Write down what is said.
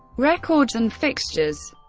records and fixtures,